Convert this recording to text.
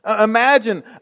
Imagine